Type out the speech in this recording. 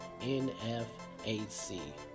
NFAC